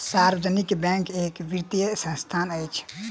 सार्वजनिक बैंक एक वित्तीय संस्थान अछि